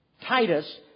Titus